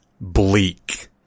bleak